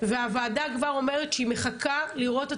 והוועדה כבר אומרת שהיא מחכה לראות את